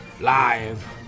live